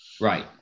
Right